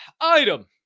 item